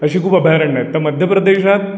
अशी खूप अभयारण्यय आहेत तर मध्य प्रदेशात